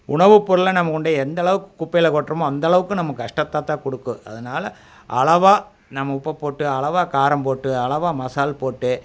உணவு பொருள்லாம் நம்ம கொண்டே எந்த அளவுக்கு குப்பையில் கொட்டுறமோ அந்த அளவுக்கு நம்ம கஷ்டத்தைத்தான் கொடுக்கும் அதனால அளவாக நம்ம உப்பை போட்டு அளவாக காரம் போட்டு அளவாக மசால் போட்டு